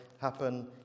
happen